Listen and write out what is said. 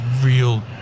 real